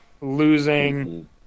losing